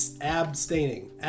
abstaining